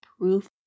proof